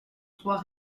trois